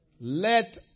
Let